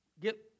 Get